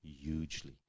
hugely